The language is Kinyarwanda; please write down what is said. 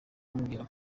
kumbwira